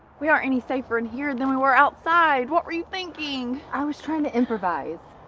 we aren't any safer in here than we were outside. what were you thinking? i was trying to improvise.